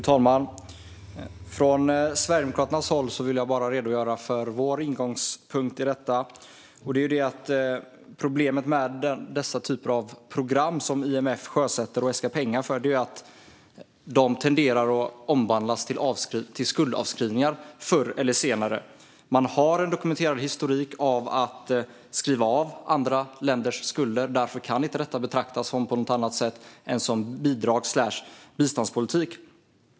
Fru talman! Från Sverigedemokraternas håll vill jag redogöra för vår utgångspunkt. Problemet med dessa typer av program, som IMF sjösätter och äskar pengar för, är att de tenderar att förr eller senare omvandlas till skuldavskrivningar. Man har en dokumenterad historik av att skriva av andra länders skulder. Därför kan inte detta betraktas på något annat sätt än som bidrags eller biståndspolitik.